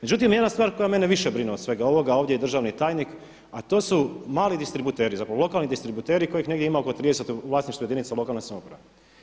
Međutim jedna stvar koja mene više brine od svega ovoga, a ovdje je državni tajnik, a to su mali distributeri, zapravo lokalni distributeri kojih negdje ima oko 30 u vlasništvu jedinica lokalne samouprave.